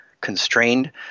constrained